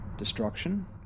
Destruction